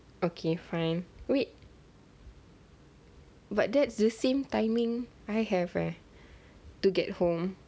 okay fine wait but that's the same timing I have ah to get home